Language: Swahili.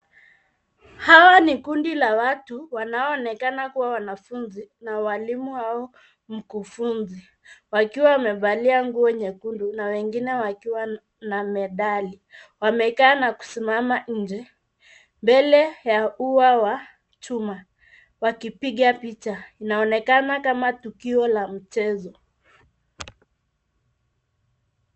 Hawa ni kundi la watu wanaoonekana kuwa wanafunzi na walimu wao wakufunzi. Wamevalia anguwe nyekundu na wengine wakiwa na medali. Wamekaa na kusimama wima mbele ya ua wa chuma. Wamepigwa picha, na inaonekana kama tukio la mchezo.